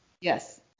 Yes